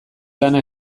lana